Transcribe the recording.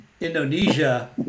Indonesia